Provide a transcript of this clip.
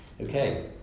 Okay